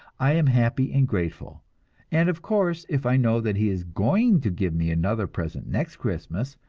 i am happy and grateful and, of course, if i know that he is going to give me another present next christmas,